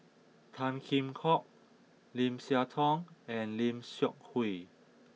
Tan Kheam Hock Lim Siah Tong and Lim Seok Hui